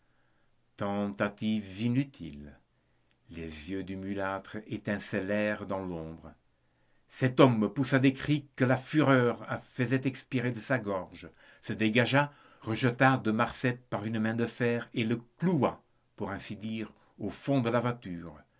tentative inutile les yeux du mulâtre étincelèrent dans l'ombre cet homme poussa des cris que la fureur faisait expirer dans sa gorge se dégagea rejeta de marsay par une main de fer et le cloua pour ainsi dire au fond de la voiture